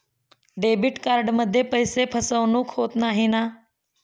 Debit कार्डमध्ये पैसे फसवणूक होत नाही ना?